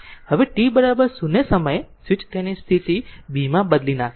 હવે t 0 સમયે switch તેની સ્થિતિ B માં બદલી નાંખે છે